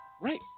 Right